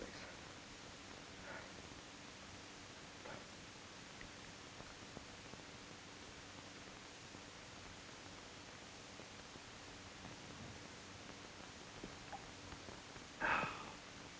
them